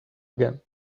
again